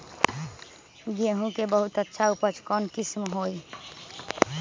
गेंहू के बहुत अच्छा उपज कौन किस्म होई?